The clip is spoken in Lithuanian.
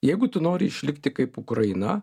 jeigu tu nori išlikti kaip ukraina